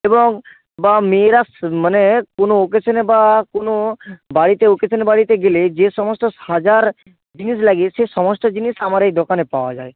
এবং বা মেয়েরা মানে কোনও অকেশনে বা কোনো বাড়িতে অকেশনে বাড়িতে গেলে যে সমস্ত সাজার জিনিস লাগে সে সমস্ত জিনিস আমার এই দোকানে পাওয়া যায়